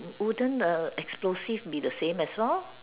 wouldn't the explosive be the same as all